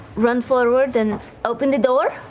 run forward and open the door.